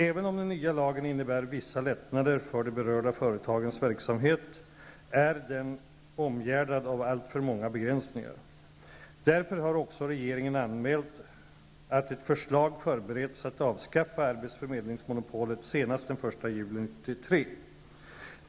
Även om den nya lagen innebär vissa lättnader för de berörda företagens verksamhet är den omgärdad av alltför många begränsningar. Därför har också regeringen anmält att ett förslag förbereds om att avskaffa arbetsförmedlingsmonopolet senast den 1 juli 1993.